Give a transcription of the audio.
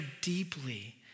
deeply